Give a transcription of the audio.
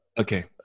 okay